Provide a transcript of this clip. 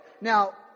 Now